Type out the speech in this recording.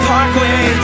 Parkway